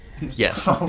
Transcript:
yes